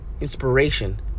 Inspiration